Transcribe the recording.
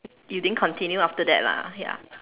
you didn't continue after that lah yup